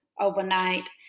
overnight